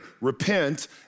Repent